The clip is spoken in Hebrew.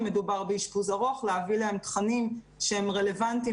אם מדובר באשפוז ארוך להביא להם תכנים שהם רלוונטיים